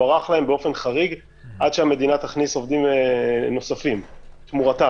והוארך להם באופן חריג עד שהמדינה תכניס עובדים נוספים תמורתם,